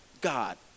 God